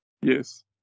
Yes